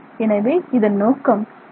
எனவே இதன் நோக்கம் ஆர்